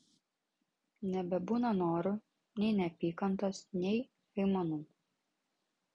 nebebūna norų nei neapykantos nei aimanų